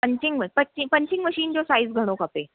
punching punching machine जो size घणो खपे